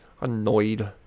annoyed